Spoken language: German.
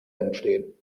entstehen